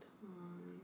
time